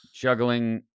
juggling